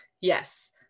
Yes